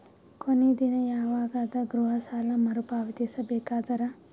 ಕೊನಿ ದಿನ ಯವಾಗ ಅದ ಗೃಹ ಸಾಲ ಮರು ಪಾವತಿಸಬೇಕಾದರ?